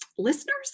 listeners